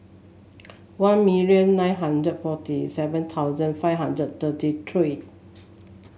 one million nine hundred forty seven thousand five hundred thirty three